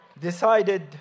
decided